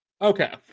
Okay